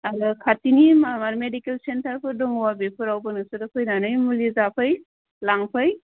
आरो खाथिनि माबा मेडिकेल सेन्टारफोर दङबा बेफोराव नोंसोर फैनानै मुलि जाफै लांफै